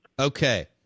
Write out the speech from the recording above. Okay